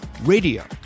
radio